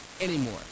anymore